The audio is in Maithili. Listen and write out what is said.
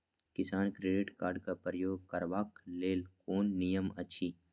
किसान क्रेडिट कार्ड क प्रयोग करबाक लेल कोन नियम अछि?